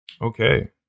Okay